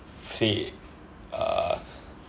say uh